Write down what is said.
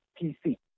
PC